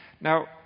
Now